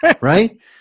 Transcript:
right